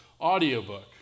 audiobook